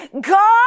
God